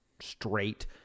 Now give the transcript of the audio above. straight